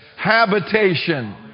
Habitation